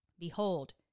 Behold